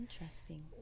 interesting